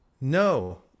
No